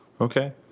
okay